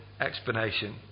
explanation